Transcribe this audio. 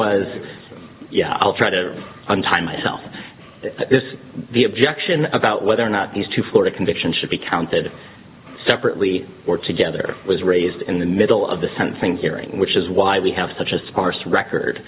was i'll try to untie myself the objection about whether or not these two florida conviction should be counted separately or together was raised in the middle of the sentencing hearing which is why we have such a sparse record